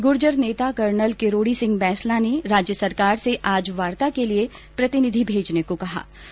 गुर्जर नेता कर्नल किरोडी सिंह बैंसला ने राज्य सरकार से आज वार्ता के लिए प्रतिनिधि भेजने को कहा है